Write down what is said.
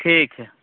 ठीक है